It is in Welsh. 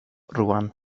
rŵan